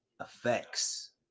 effects